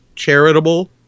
Charitable